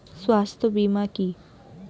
স্বাস্থ্য বীমা কি?